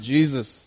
Jesus